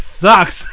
sucks